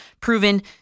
proven